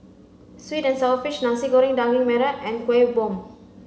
sweet and sour fish Nasi Goreng Daging Merah and Kuih Bom